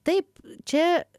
taip čia